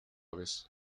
vez